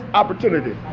opportunity